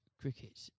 cricket